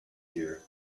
here